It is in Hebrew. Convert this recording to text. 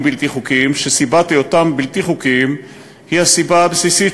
בלתי חוקיים שסיבת היותם בלתי חוקיים היא הסיבה הבסיסית